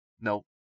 Nope